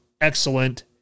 excellent